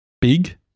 big